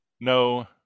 No